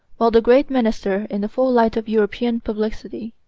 while the great minister, in the full light of european publicity,